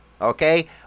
okay